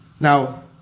Now